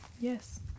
Yes